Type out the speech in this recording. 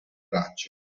braccio